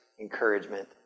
encouragement